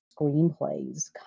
screenplays